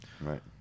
right